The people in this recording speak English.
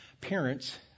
Parents